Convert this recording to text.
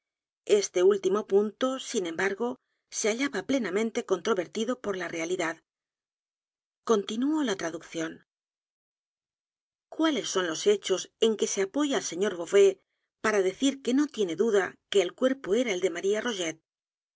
este último punto sin embargo se hallaba plenamente controvertido por la realidad continúo la traducción cuáles son los hechos en que se apoya el sr beauvais p a r a decir que n o tiene duda que el cuerpo era el de maría